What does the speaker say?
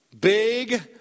Big